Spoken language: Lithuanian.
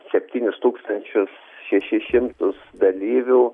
septynis tūkstančius šešis šimtus dalyvių